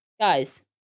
Guys